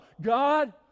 God